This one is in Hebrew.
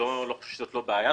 זה לא משהו שהוא לא בעיה,